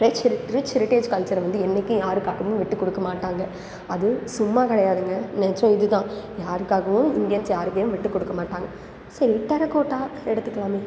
rich ரி rich heritage கல்ச்சரை வந்து என்னைக்கும் யாருக்காகவும் விட்டுக் கொடுக்க மாட்டாங்க அதுவும் சும்மா கிடையாதுங்க நிஜம் இது தான் யாருக்காகவும் இண்டியன்ஸ் யாரையும் விட்டுக் கொடுக்க மாட்டாங்க சரி டெரக்கோட்டா எடுத்துக்கலாமே